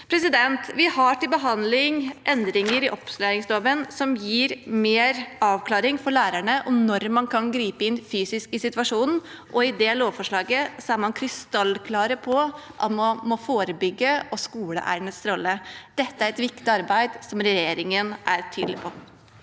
høst. Vi har til behandling endringer i opplæringsloven som gir mer avklaring for lærerne om når man kan gripe inn fysisk i situasjonen. I det lovforslaget er man krystallklar på at man må forebygge, og på skoleeiernes rolle. Dette er et viktig arbeid som regjeringen er tydelig på.